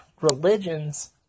religions